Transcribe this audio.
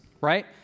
right